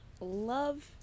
love